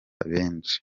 benshi